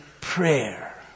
prayer